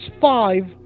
five